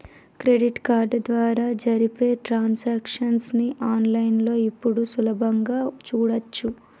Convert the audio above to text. credit card ద్వారా జరిపే transactions ని ఆన్ లైన్ లో ఇప్పుడు సులభంగా చూడచ్చు